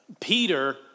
Peter